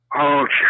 Okay